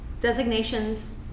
designations